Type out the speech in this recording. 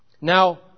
Now